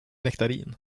nektarin